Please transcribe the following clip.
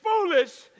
foolish